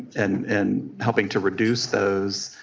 and in helping to reduce those.